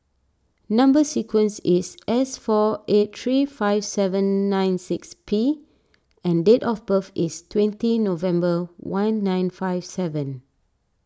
Number Sequence is S four eight three five seven nine six P and date of birth is twenty November one nine five seven